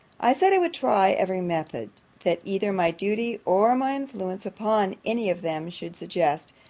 i said, i would try every method, that either my duty or my influence upon any of them should suggest,